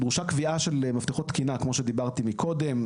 קביעה של מפתחות תקינה כמו שדיברתי קודם,